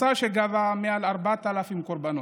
מסע שגבה מעל 4,000 קורבנות.